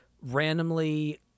randomly